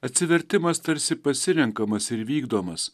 atsivertimas tarsi pasirenkamas ir vykdomas